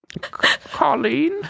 Colleen